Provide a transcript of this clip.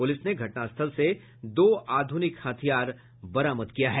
police ने घटना स्थल से दो आधुनिक हथियार बरामद किया है